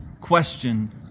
question